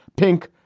pink.